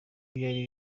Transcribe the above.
byari